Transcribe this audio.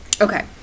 okay